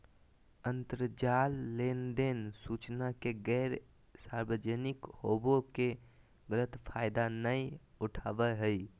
अंतरजाल लेनदेन सूचना के गैर सार्वजनिक होबो के गलत फायदा नयय उठाबैय हइ